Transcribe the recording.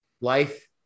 life